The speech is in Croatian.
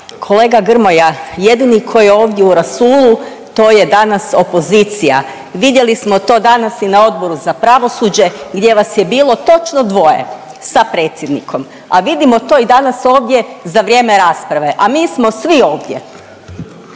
Kolega Grmoja jedini koji je ovdje u rasulu to je danas opozicija. Vidjeli smo to danas i na Odboru za pravosuđe gdje vas je bilo točno dvoje sa predsjednikom, a vidimo to i danas ovdje za vrijeme rasprave, a mi smo svi ovdje.